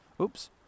Oops